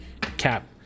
cap